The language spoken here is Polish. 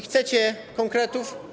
Chcecie konkretów?